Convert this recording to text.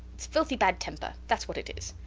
its filthy bad temper. thats what it is.